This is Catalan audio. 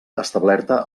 establerta